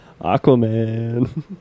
Aquaman